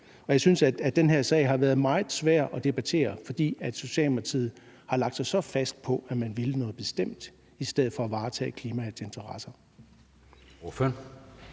Og jeg synes, at den her sag har været meget svær at debattere, fordi Socialdemokratiet har lagt sig så fast på, at man ville noget bestemt, i stedet for at varetage klimaets interesser.